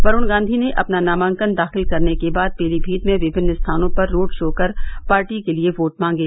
वरूण गांधी ने अपना नामांकन दाखिल करने के बाद पीलीभीत में विभिन्न स्थानों पर रोड शो कर पार्टी के लिए वोट मांगे